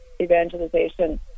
evangelization